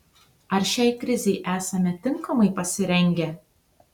ar šiai krizei esame tinkamai pasirengę